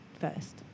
first